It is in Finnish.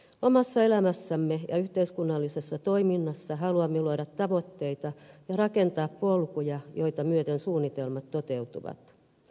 omassa elämässämme ja yhteiskunnallisessa toiminnassa haluamme luoda tavoitteita ja rakentaa polkuja joita myöten suunnitelmat toteutuvat